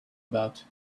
about